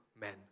men